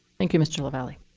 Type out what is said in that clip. thank you, mr. lavalley.